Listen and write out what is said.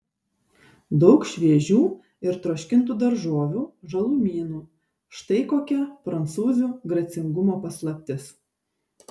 daug šviežių ir troškintų daržovių žalumynų štai kokia prancūzių gracingumo paslaptis